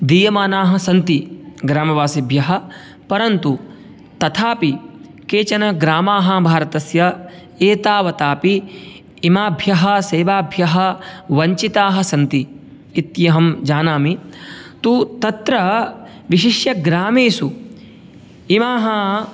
दीयमानाः सन्ति ग्रामवासिभ्यः परन्तु तथापि केचन ग्रामाः भारतस्य एतावतापि इमाभ्यः सेवाभ्यः वञ्चिताः सन्ति इत्यहं जानामि तु तत्र विशिष्य ग्रामेषु इमाः